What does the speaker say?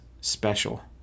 special